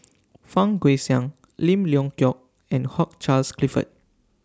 Fang Guixiang Lim Leong Geok and Hugh Charles Clifford